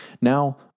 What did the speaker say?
now